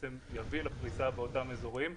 שבעצם יביא לפריסה באותם אזורים.